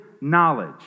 knowledge